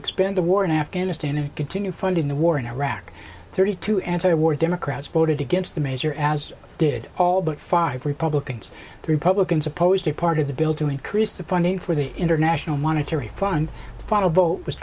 expand the war in afghanistan and continue funding the war in iraq thirty two anti war democrats voted against the measure as did all but five republicans republicans opposed a part of the bill to increase the funding for the international monetary fund the final vote was